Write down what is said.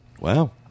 Wow